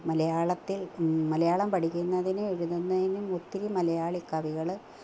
മലയാളത്തിൽ മലയാളം പഠിക്കുന്നതിനും എഴുതുന്നതിനും ഒത്തിരി മലയാളിക്കവികൾ